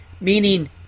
Meaning